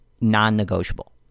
non-negotiable